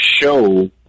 show